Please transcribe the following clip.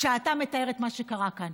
כשאתה מתאר את מה שקרה כאן.